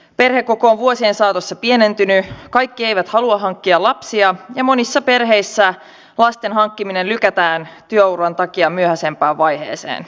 perhekoko on vuosien saatossa pienentynyt kaikki eivät halua hankkia lapsia ja monissa perheissä lasten hankkiminen lykätään työuran takia myöhäisempään vaiheeseen